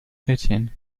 chrétienne